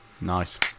Nice